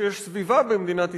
שיש סביבה במדינת ישראל,